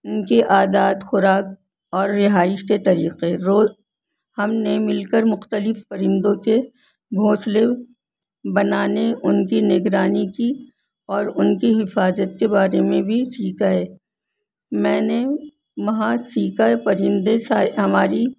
ان کی عادات خوراک اور رہائش کے طریقے رو ہم نے مل کر مختلف پرندوں کے گھونسلے بنانے ان کی نگرانی کی اور ان کی حفاظت کے بارے میں بھی سیکھا ہے میں نے وہاں سیکھا ہے پرندے سا ہماری